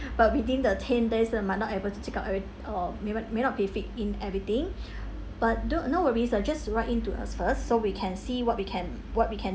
but within the ten days they might not able to check out every~ uh may not may not be fit in everything but don't no worries so just write in to us first so we can see what we can what we can